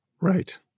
Right